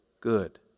good